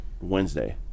Wednesday